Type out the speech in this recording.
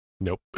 Nope